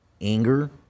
anger